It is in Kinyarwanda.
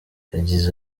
yagize